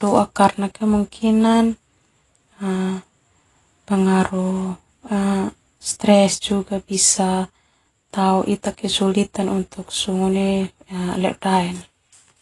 doa karna pengaruh stres juga bisa tau ita juga kesulitan.